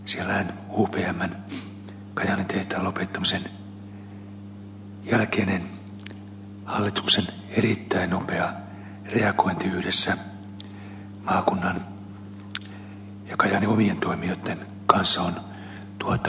siellähän upmn kajaanin tehtaan lopettamisen jälkeinen hallituksen erittäin nopea reagointi yhdessä maakunnan ja kajaanin omien toimijoitten kanssa on tuottanut nyt erittäin vahvaa tulosta ja tuonut monella tavalla valoa siihen tulevaisuuteen mitä tuossa kajaanin seudulla nyt sitten eteenpäin nähdään